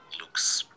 looks